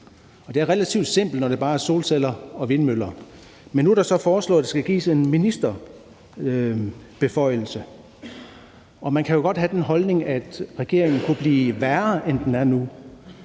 Det er relativt simpelt, når det bare er solceller og vindmøller, men nu er det så foreslået, at der skal gives ministerbeføjelse. Man kan jo godt have den holdning, at regeringen kunne blive værre, end den er nu,